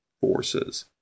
forces